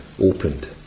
opened